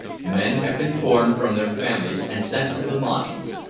men have been torn from their families and sent to the mines,